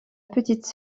petite